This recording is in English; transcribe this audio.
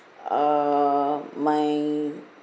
uh my